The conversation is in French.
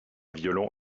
violon